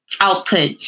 output